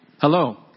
hello